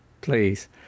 Please